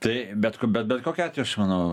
tai bet bet kokiu atveju aš manau